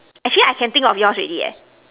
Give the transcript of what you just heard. actually I can think of yours already eh